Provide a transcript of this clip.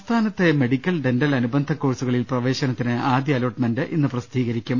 സംസ്ഥാനത്തെ medical dental അനുബന്ധ കോഴ്സു കളിൽ പ്രവേശനത്തിന് ആദൃ അലോട്ട്മെന്റ് ഇന്ന് പ്രസിദ്ധീകരിക്കും